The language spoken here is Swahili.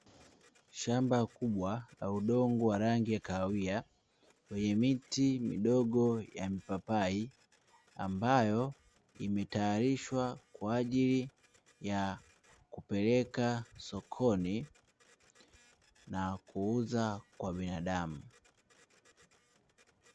Shamba kubwa la udongo wa rangi ya kahawia, lenye miti midogo ya papai ambayo imetayarishwa kwa ajili ya kupeleka sokoni na kuuza kwa binadamu.